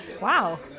Wow